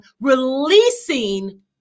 releasing